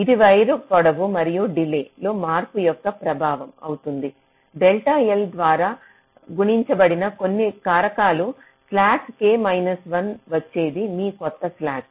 ఇది వైర్ పొడవు మరియు డిలే లో మార్పు యొక్క ప్రభావం అవుతుంది డెల్టా ఎల్ ద్వారా గుణించబడిన కొన్ని కారకాలు స్లాక్ K మైనస్ 1 వచ్చేది మీ కొత్త స్లాక్